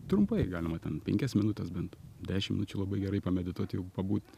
trumpai galima ten penkias minutes bent dešim minučių labai gerai pamedituoti jau pabūt